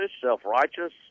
self-righteous